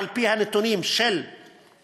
על-פי הנתונים הממשלתיים,